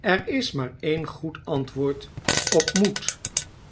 er is maar een goed antwoord op moet